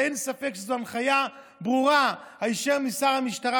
ואין ספק שזו הנחיה ברורה היישר משר המשטרה,